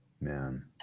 Man